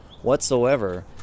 whatsoever